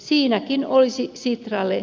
siinäkin olisi sitralle